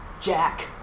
Jack